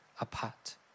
apart